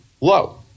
low